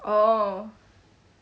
orh